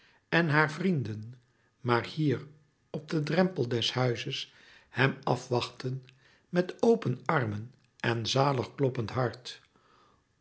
en haar vrienden maar hier op den drempel des huizes hem af wachten met open armen en zalig kloppend hart